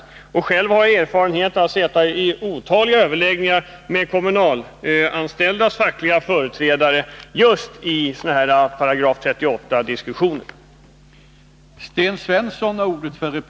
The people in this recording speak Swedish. Jag har själv erfarenhet, eftersom jag har suttit i otaliga överläggningar med kommunalanställdas fackliga företrädare just i diskussioner om 38 §.